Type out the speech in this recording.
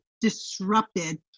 disrupted